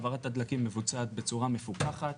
העברת הדלקים מבוצעת בצורה מפוקחת,